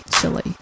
chili